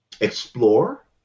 explore